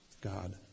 God